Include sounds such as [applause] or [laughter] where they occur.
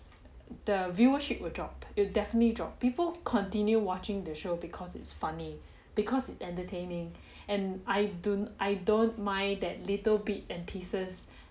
the viewership will drop it will definitely drop people continue watching the show because it's funny because it entertaining [breath] and I don't I don't mind that little bits and pieces